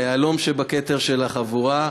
היהלום שבכתר של החבורה,